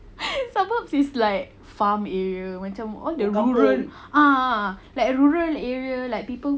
suburbs is like farm area macam all the rural ah ah ah like rural area like people